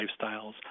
lifestyles